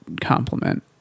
compliment